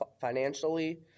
financially